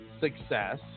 success